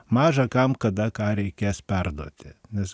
maža kam kada ką reikės perduoti nes